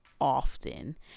often